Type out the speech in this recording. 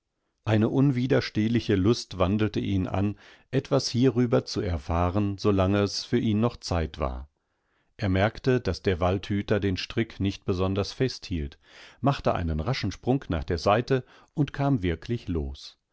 eine unwiderstehliche lust wandelte ihn an etwas hierüber zu erfahren solange es für ihn noch zeit war er merkte daß der waldhüter den strick nicht besonders festhielt machte einen raschen sprung nach der seite und kamwirklichlos daraufrannteerdavondurchdenwaldundhinabnachdem moor